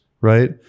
right